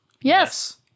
Yes